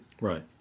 Right